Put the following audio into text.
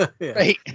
Right